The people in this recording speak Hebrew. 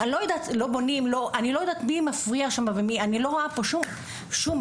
אני לא יודעת מי מפריע שם ואני לא רואה כאן אף